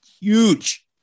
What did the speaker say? huge